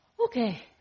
Okay